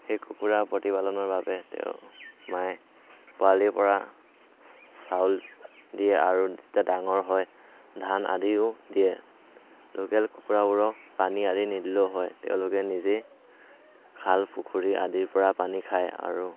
সেই কুকুৰা প্ৰতিপালনৰ বাবে মায়ে পোৱালিৰ পৰা চাউল দিয়ে আৰু যেতিয়া ডাঙৰ হয় ধান আদিও দিয়ে লোকেল কুকুৰাবোৰক পানী আনি নিদিলেও হয় তেওঁলোকে নিজে খাল পুুখুৰী আদিৰ পৰা পানী খায় আৰু